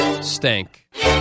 Stank